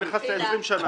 הוא היה כבר נכנס ל-20 שנה.